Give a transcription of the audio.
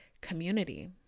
community